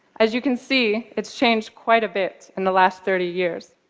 as you can see, it's changed quite a bit in the last thirty years.